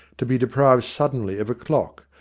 to be deprived suddenly of a clock,